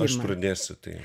aš pradėsiu tai